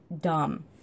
dumb